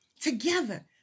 together